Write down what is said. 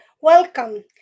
Welcome